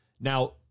Now